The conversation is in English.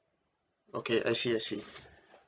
okay I see I see